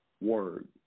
word